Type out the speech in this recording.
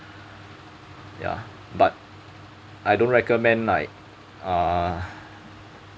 ya but I don't recommend like err